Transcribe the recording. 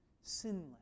sinless